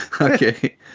okay